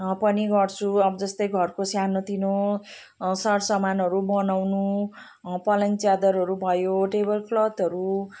पनि गर्छु अब जस्तै घरको सानोतिनो सरसामानहरू बनाउनु पलङ च्यादरहरू भयो टेबल क्लथहरू